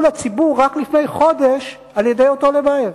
לציבור רק לפני חודש על-ידי אותו לבייב.